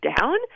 down